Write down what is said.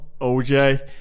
OJ